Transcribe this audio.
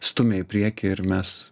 stumia į priekį ir mes